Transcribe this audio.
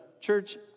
church